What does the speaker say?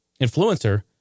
influencer